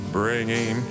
bringing